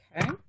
Okay